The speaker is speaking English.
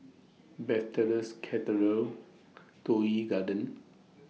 Bethesda's Cathedral Toh Yi Garden